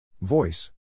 Voice